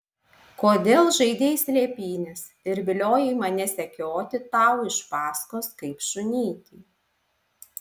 kodėl žaidei slėpynes ir viliojai mane sekioti tau iš paskos kaip šunytį